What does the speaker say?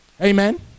Amen